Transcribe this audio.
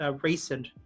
recent